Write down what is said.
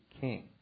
king